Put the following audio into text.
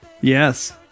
Yes